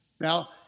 Now